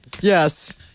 Yes